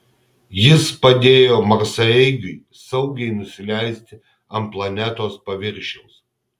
jis padėjo marsaeigiui saugiai nusileisti ant planetos paviršiaus